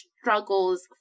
struggles